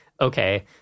okay